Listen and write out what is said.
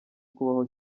kubaho